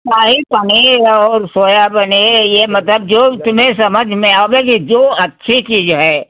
शाही पनीर और सोया पनीर ये मतलब जो तुम्हें समझ में आएगी जो अच्छी चीज है